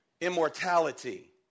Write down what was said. Immortality